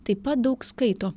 taip pat daug skaito